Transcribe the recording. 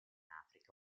africa